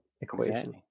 equation